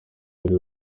muri